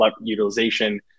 utilization